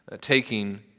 taking